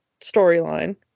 storyline